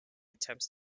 attempts